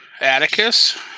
Atticus